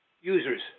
users